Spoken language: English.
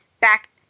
back